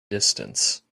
distance